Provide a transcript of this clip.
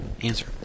answer